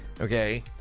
okay